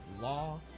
law